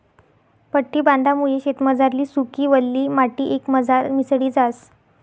पट्टी बांधामुये शेतमझारली सुकी, वल्ली माटी एकमझार मिसळी जास